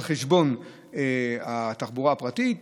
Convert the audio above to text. על חשבון התחבורה הפרטית,